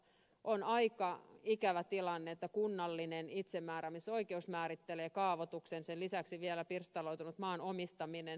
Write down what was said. on aika ikävä tilanne että kunnallinen itsemääräämisoikeus määrittelee kaavoituksen ja sen lisäksi on vielä pirstaloitunut maan omistaminen